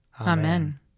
Amen